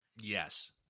yes